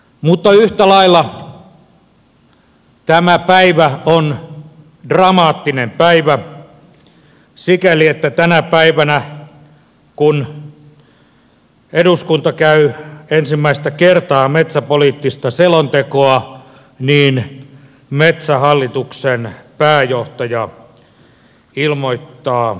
mutta yhtä lailla tämä päivä on dramaattinen päivä sikäli että tänä päivänä kun eduskunta käy ensimmäistä kertaa metsäpoliittista selontekoa metsähallituksen pääjohtaja ilmoittaa erostaan